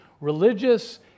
religious